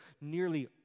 nearly